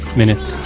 minutes